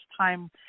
time